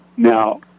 Now